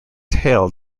hailed